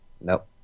nope